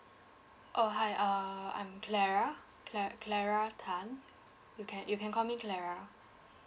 oh hi err I'm clara cla~ clara tan you can you can call me clara